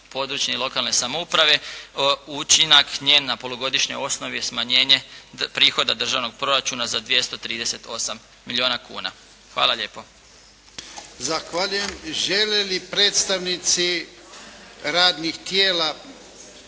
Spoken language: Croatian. područne i lokalne samouprave, učinak njen na polugodišnjoj osnovi je smanjenje prihoda državnog proračuna za 238 milijuna kuna. Hvala lijepo.